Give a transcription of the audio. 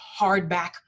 hardback